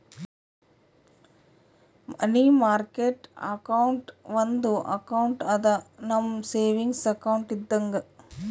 ಮನಿ market account ಒಂದು account ಅದಾ, ನಮ್ ಸೇವಿಂಗ್ಸ್ ಅಕೌಂಟ್ ಇದ್ದಂಗ